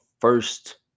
first